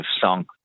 song